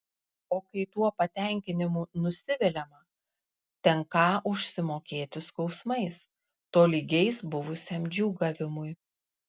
o kai tuo patenkinimu nusiviliama tenką užsimokėti skausmais tolygiais buvusiam džiūgavimui